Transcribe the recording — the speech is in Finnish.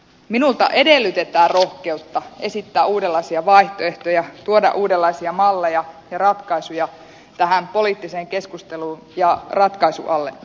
minulta edellytetään rohkeutta esittää uudenlaisia vaihtoehtoja tuoda uudenlaisia malleja ja ratkaisuja tähän poliittiseen keskusteluun ja ratkaisun alle